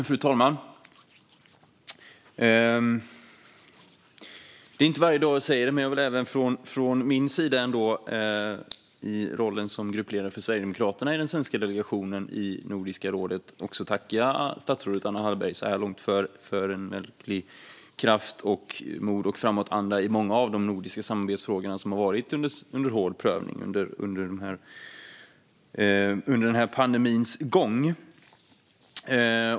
Fru talman! Det är inte varje dag som jag säger detta, men jag vill även från min sida i rollen som gruppledare för Sverigedemokraterna i den svenska delegationen till Nordiska rådet tacka statsrådet Anna Hallberg så här långt för kraft, mod och framåtanda i många av de nordiska samarbetsfrågorna som har varit under hård prövning under pandemins gång.